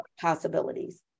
possibilities